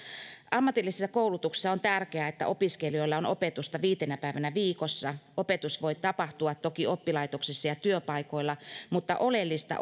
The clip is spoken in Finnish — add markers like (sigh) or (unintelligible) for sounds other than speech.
ammatillisessa koulutuksessa on tärkeää että opiskelijoilla on opetusta viitenä päivänä viikossa opetus voi tapahtua toki oppilaitoksissa ja työpaikoilla mutta oleellista (unintelligible)